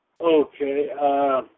Okay